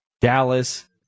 Dallas